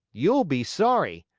you'll be sorry.